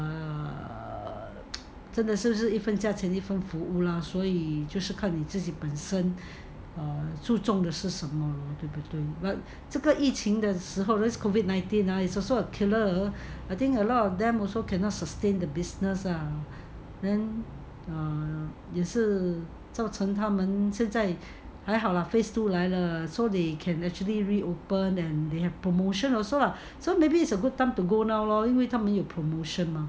err 真的是一分价钱一分货 lah 所以就是看你自己本身注重的是什么 between 这个疫情的时候 this COVID nineteen ah it's also a killer I think a lot of them also cannot sustain the business ah then err 也是造成他们可是现在还好 lah phase two 来了 ah so they can actually reopen and they have promotion also lah so maybe it's a good time to go now lor 因为他们有 promotion mah